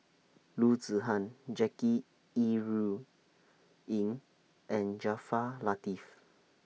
Loo Zihan Jackie Yi Ru Ying and Jaafar Latiff